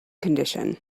condition